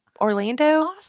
Orlando